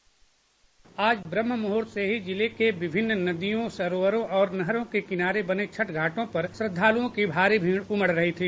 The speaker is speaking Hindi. डिस्पैच आज ब्रह्म मुहूर्त से ही जिले के विभिन्न नदियो और सरोवरो और नहरो के किनारे बने छठ घाटों पर श्रद्धालुओं की भारी भीड़ उमड़ रही थी